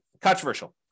controversial